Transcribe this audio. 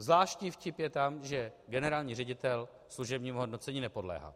Zvláštní vtip je tam, že generální ředitel služebnímu hodnocení nepodléhá.